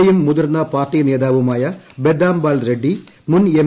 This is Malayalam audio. എയും മുതിർന്ന പാർട്ടി നേതാവുമായ ബദ്ദാം ബാൽ റെഡ്ഡി മുൻ എം